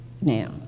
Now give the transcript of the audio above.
now